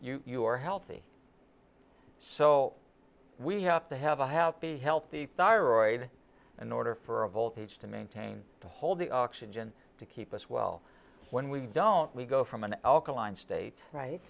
you're healthy so we have to have a happy healthy thyroid in order for a voltage to maintain to hold the oxygen to keep us well when we don't we go from an alkaline state right